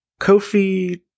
Kofi